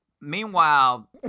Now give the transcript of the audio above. meanwhile